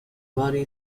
باری